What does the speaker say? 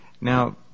Now